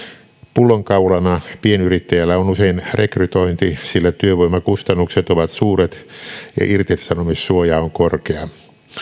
pullonkaulana pienyrittäjällä on usein rekrytointi sillä työvoimakustannukset ovat suuret ja irtisanomissuoja on korkea